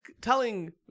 telling